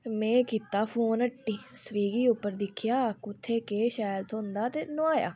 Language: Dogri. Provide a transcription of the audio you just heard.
ते में कीता फोन हट्टी स्विगी उप्पर दिक्खेआ कुत्थै केह् शैल थ्होंदा ते नोआया